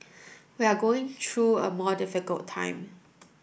we are going through a more difficult time